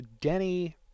Denny